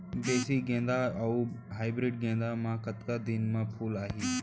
देसी गेंदा अऊ हाइब्रिड गेंदा म कतका दिन म फूल आही?